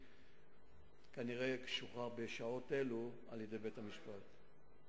הוא כנראה שוחרר בשעות אלה על-ידי בית-המשפט.